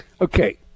Okay